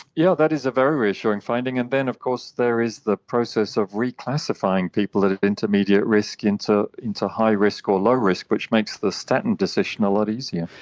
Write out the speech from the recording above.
yeah that is a very reassuring finding. and then of course there is the process of reclassifying people that are at intermediate risk into into high risk or low risk, which makes the statin decision a lot easier.